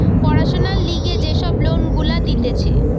পড়াশোনার লিগে যে সব লোন গুলা দিতেছে